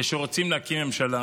כשרוצים להקים ממשלה,